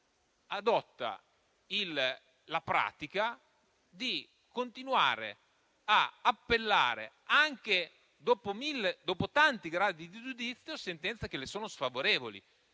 adottano la pratica di continuare ad appellare, anche dopo tanti gradi di giudizio, sentenze che sono loro sfavorevoli.